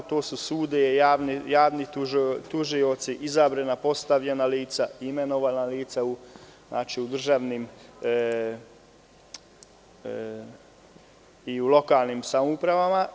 To su sudovi, javni tužioci, izabrana i postavljena lica, imenovana lica u državnim i u lokalnim samoupravama.